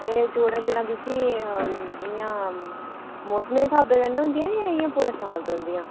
एह् जोड़ें पीड़ां तुसे इ'यां मौसमें दे स्हाबै कनै होंदियां जां साल पूरे